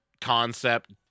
concept